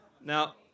Now